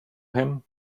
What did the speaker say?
him